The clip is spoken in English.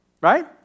right